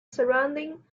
surrounding